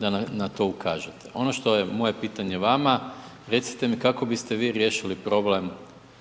da na to ukažete. Ono što je moje pitanje vama, recite mi kako biste vi riješili problem